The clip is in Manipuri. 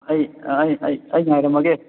ꯑꯩ ꯉꯥꯏꯔꯝꯃꯒꯦ